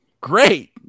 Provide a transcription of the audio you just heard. great